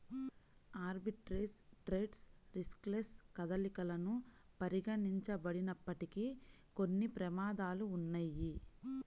arbitrage trades riskless కదలికలను పరిగణించబడినప్పటికీ, కొన్ని ప్రమాదాలు ఉన్నయ్యి